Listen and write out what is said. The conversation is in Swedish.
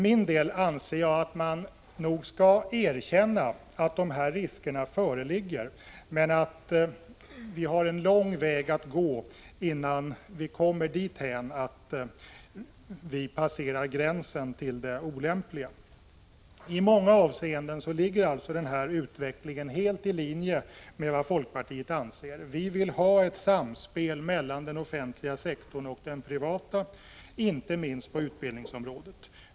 Jag anser att man skall erkänna att dessa risker föreligger, men vi har en lång väg att gå, innan vi kommer dithän att vi passerar gränsen till det olämpliga. I många avseenden ligger utvecklingen helt i linje med vad folkpartiet anser. Vi vill ha ett samspel mellan den offentliga sektorn och den privata, inte minst på utbildningsområdet.